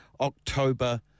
October